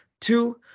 Two